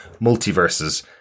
multiverses